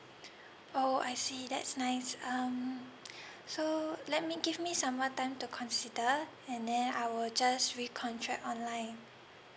oh I see that's nice um so let me give me some more time to consider and then I will just recontract online